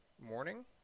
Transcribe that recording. morning